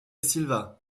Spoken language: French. silva